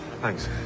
Thanks